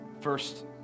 First